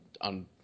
on